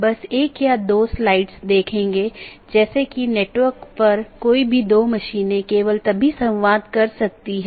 बस एक स्लाइड में ऑटॉनमस सिस्टम को देख लेते हैं